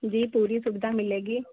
जी पूरी सुविधा मिलेगी